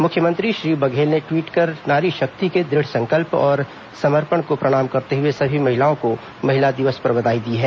मुख्यमंत्री श्री बघेल ने ट्वीट कर नारी शक्ति के दृढ़ संकल्प और समर्पण को प्रणाम करते हुए सभी महिलाओं को महिला दिवस पर बधाई दी है